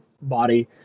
body